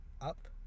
up